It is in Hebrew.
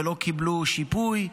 ולא קיבלו שיפוי,